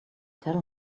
tell